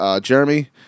Jeremy